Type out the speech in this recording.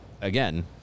again